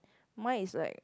mine is like